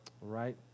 Right